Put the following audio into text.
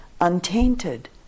untainted